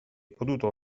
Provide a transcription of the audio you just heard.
potuto